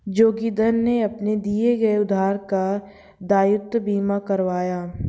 जोगिंदर ने अपने दिए गए उधार का दायित्व बीमा करवाया